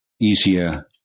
easier